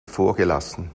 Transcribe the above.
vorgelassen